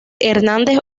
hernández